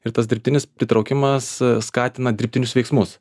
ir tas dirbtinis pritraukimas skatina dirbtinius veiksmus